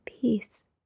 peace